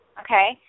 Okay